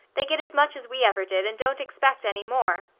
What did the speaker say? they get as much as we ever did, and don't expect any more.